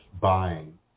buying